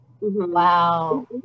wow